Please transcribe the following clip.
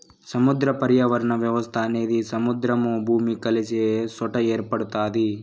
సముద్ర పర్యావరణ వ్యవస్థ అనేది సముద్రము, భూమి కలిసే సొట ఏర్పడుతాది